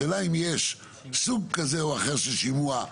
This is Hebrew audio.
השאלה אם יש סוג כזה או אחר של שימוע,